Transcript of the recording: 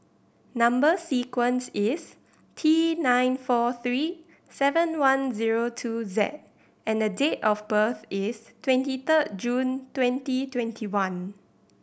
number sequence is T nine four three seven one zero two Z and date of birth is twenty third June twenty twenty one